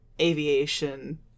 aviation